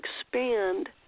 expand